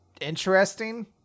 interesting